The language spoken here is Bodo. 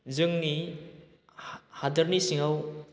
जोंनि हा हादोरनि सिङाव